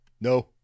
No